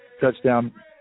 Touchdown